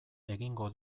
egingo